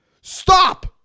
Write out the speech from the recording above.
Stop